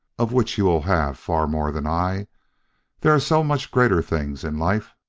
of which you will have far more than i there are so much greater things in life